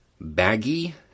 baggy